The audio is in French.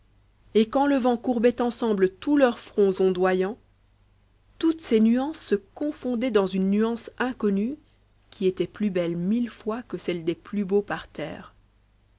et quand le vent courbait ensemble tous leurs fronts ondoyants toutes ces nuances se confondaient dans une nuance inconnue qui était plus belle mille fois que celle des plus beaux parterres